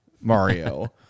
mario